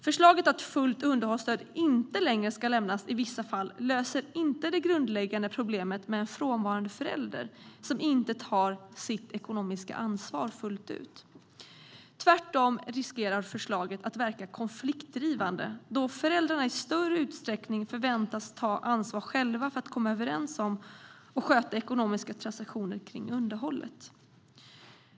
Förslaget att fullt underhållsstöd inte längre ska lämnas i vissa fall löser inte det grundläggande problemet med en frånvarande förälder som inte tar sitt ekonomiska ansvar fullt ut. Tvärtom riskerar förslaget att verka konfliktdrivande då föräldrarna i större utsträckning själva förväntas ta ansvar för att komma överens om och sköta ekonomiska transaktioner kring underhållet.